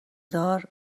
دار